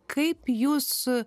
kaip jūs